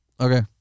Okay